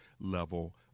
level